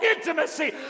intimacy